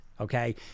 okay